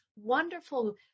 wonderful